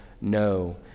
no